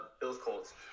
Bills-Colts